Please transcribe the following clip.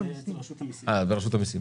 ברשות המסים.